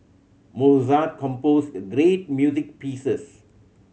Mozart composed great music pieces